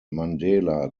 mandela